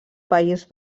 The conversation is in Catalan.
país